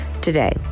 today